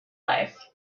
life